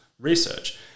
research